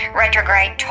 retrograde